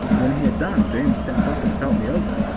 when he had done james stepped up and felt me over,